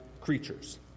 creatures